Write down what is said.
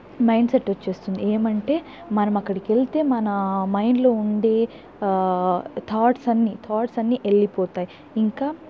mind set వచ్చేస్తుంది ఏమంటే మనం అక్కడికెళ్తే మన మైండ్ లో ఉండే థాట్స్ అన్ని థాట్స్ అన్ని వెళ్ళిపోతాయి ఇంకా